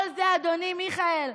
אדוני מיכאל,